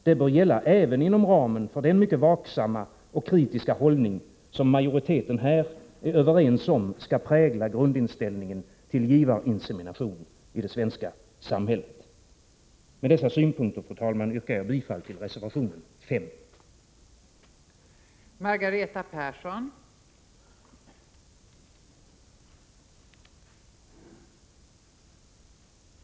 Det bör gälla även inom ramen för den mycket vaksamma och kritiska hållning som majoriteten här är överens om skall prägla grundinställningen till givarinsemination i det svenska samhället. Med dessa synpunkter, fru talman, yrkar jag bifall till reservationerna 5 och 6.